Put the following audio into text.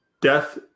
death